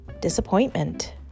disappointment